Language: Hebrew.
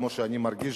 כמו שאני מרגיש,